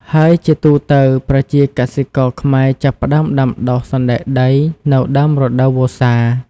ហើយជាទូទៅ ប្រជាកសិករខ្មែរចាប់ផ្ដើមដាំដុះ សណ្ដែកដីនៅដើមរដូវវស្សា។